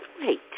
wait